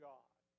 God